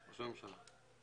ראש הממשלה.